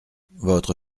votre